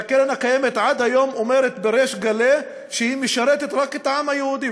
הקרן הקיימת עד היום אומרת בריש גלי שהיא משרתת רק את העם היהודי,